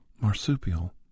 marsupial